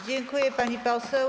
Dziękuję, pani poseł.